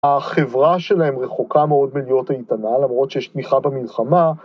החברה שלהם רחוקה מאוד מלהיות איתנה למרות שיש תמיכה במלחמה